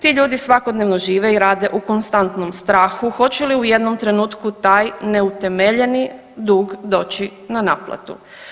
Ti ljudi svakodnevno žive i rade u konstantnom strahu hoće li u jednom trenutku taj neutemeljeni dug doći na naplatu.